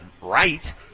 Right